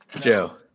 Joe